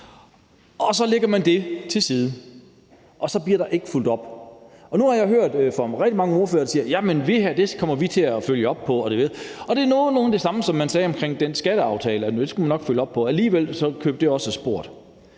og så lægger man det til side, og så bliver der ikke fulgt op på det. Nu har jeg hørt rigtig mange ordførere sige, at det her kommer de til at følge op på, og det er nogenlunde det samme, som man sagde om den skatteaftale, altså at den skulle man nok følge op på. Alligevel kørte det også af sporet.